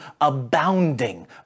abounding